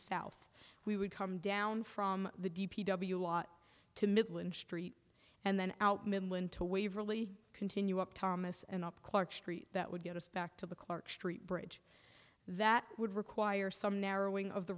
south we would come down from the d p w lot to midland street and then out midwinter waverly continue up thomas and up clark street that would get us back to the clark street bridge that would require some narrowing of the